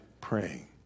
praying